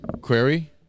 Query